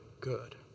good